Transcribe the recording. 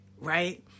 right